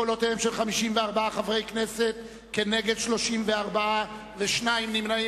בקולותיהם של 54 חברי כנסת כנגד 34 ושניים נמנעים,